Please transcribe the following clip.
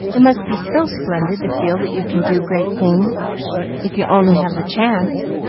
it must be so splendid to feel that you can do great things if you only have the chance.